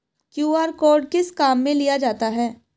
QR code किस किस काम में लिया जाता है?